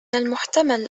المحتمل